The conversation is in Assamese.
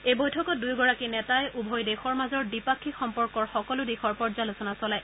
এই বৈঠকখনত দুয়োগৰাকী নেতাই উভয় দেশৰ মাজৰ দ্বিপাক্ষিক সম্পৰ্কৰ সকলো দিশৰ পৰ্যালোচনা চলায়